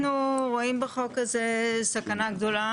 אנחנו רואים בחוק הזה סכנה גדולה,